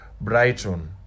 brighton